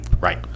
Right